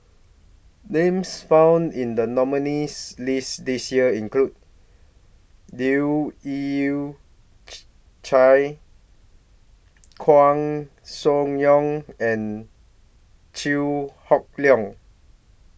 Names found in The nominees' list This Year include Leu Yew Chye Koeh Sia Yong and Chew Hock Leong